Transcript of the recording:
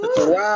Wow